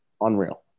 Unreal